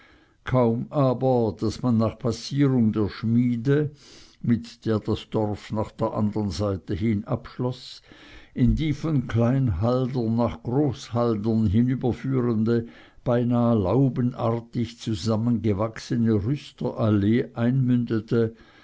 kaum aber daß man nach passierung der schmiede mit der das dorf nach der andern seite hin abschloß in die von klein haldern nach groß haldern hinüberführende beinah laubenartig zusammengewachsene rüsterallee einmündete